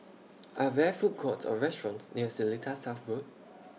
Are There Food Courts Or restaurants near Seletar South Road